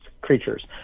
creatures